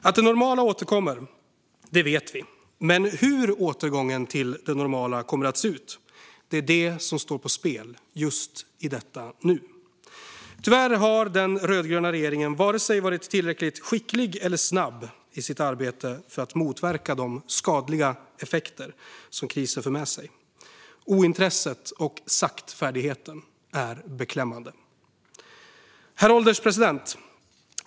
Att det normala återkommer vet vi, men hur återgången till det normala kommer att se ut är det som står på spel just i detta nu. Tyvärr har den rödgröna regeringen varken varit tillräckligt skicklig eller tillräckligt snabb i sitt arbete för att motverka de skadliga effekter som krisen för med sig. Ointresset och saktfärdigheten är beklämmande. Herr ålderspresident!